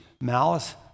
malice